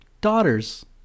daughters